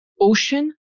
ocean